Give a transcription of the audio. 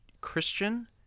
Christian